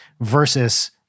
versus